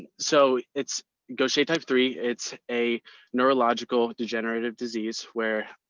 and so it's go shade type three. it's a neurological degenerative disease where.